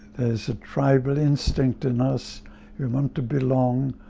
is a tribal instinct in us want to belong,